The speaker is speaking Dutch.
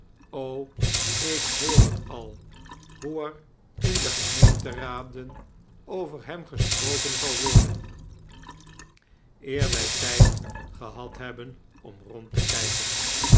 ik hoor het al hoe er in de gemeenteraden over hem gesproken zal worden eer wij tijd gehad hebben om rond te kijken